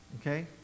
okay